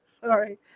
sorry